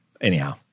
anyhow